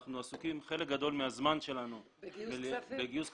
אנחנו עסוקים חלק גדול מהזמן שלנו בגיוס כספים,